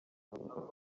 amasabune